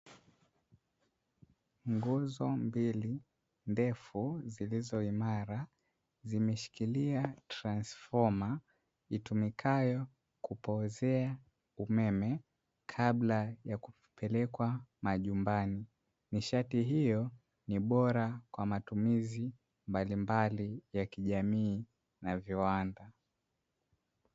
Nguzo mbili ndefu zilizo imara zimeshikilia transfoma itumikayo kupozea umeme kabla ya kupelekwa majumbani, nishati hiyo ni bora kwa matumizi mbalimbali ya kijamii na viwanda.